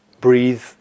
breathe